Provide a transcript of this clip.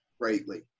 greatly